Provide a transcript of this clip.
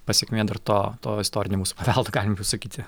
pasekmė dar to to istorinio mūsų paveldo galime sakyti